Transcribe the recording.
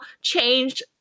changed